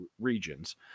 regions